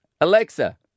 Alexa